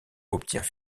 obtient